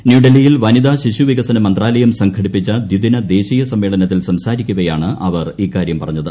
ന്യൂഡൽഹിയിൽ പീണ്ണിത ശിശുവികസന മന്ത്രാലയം സംഘടിപ്പിച്ചു ദിദിന ദേശീയ സ്ക്മ്മേളനത്തിൽ സംസാരിക്കവെയാണ് അവർ ഇക്കാര്യം പറഞ്ഞത്